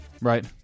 Right